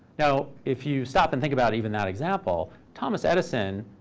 now, if you stop and think about even that example, thomas edison